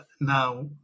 now